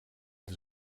des